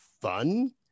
fun